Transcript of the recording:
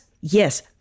Yes